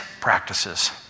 practices